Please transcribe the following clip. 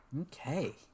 Okay